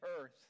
earth